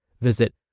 Visit